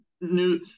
new